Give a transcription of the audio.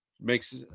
makes